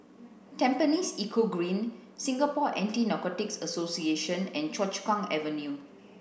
Tampines Eco Green Singapore Anti Narcotics Association and Choa Chu Kang Avenue